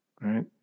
right